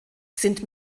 sind